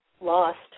lost